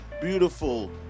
beautiful